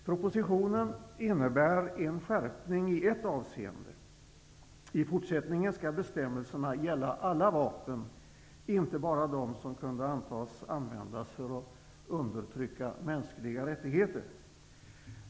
Propositionen innebär en skärpning i ett avseende: i fortsättningen skall bestämmelserna gälla alla vapen, inte bara dem som kan antas användas för att undertrycka mänskliga rättigheter.